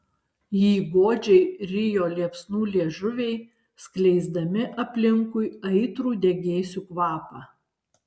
jį godžiai rijo liepsnų liežuviai skleisdami aplinkui aitrų degėsių kvapą